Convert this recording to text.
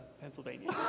Pennsylvania